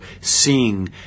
seeing